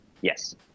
Yes